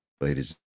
Ladies